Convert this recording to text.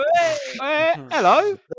Hello